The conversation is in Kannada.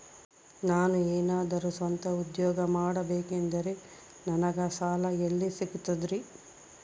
ನಾನು ಏನಾದರೂ ಸ್ವಂತ ಉದ್ಯೋಗ ಮಾಡಬೇಕಂದರೆ ನನಗ ಸಾಲ ಎಲ್ಲಿ ಸಿಗ್ತದರಿ?